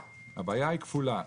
הבעיה היא כפולה,